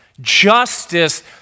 Justice